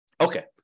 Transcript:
Okay